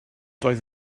doedd